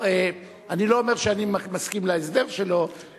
אני לא אומר שאני מסכים להסדר שלו,